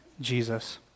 Jesus